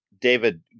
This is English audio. David